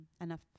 enough